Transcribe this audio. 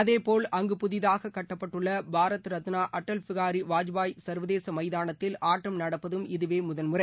அதேபோல் அங்கு புதிதாக கட்டப்பட்டுள்ள பாரத் ரத்னா அடல் பிஹாரி வாஜ்பாய் சங்வதேச மைதானத்தில் ஆட்டம் நடப்பதும் இதுவே முதன்முறை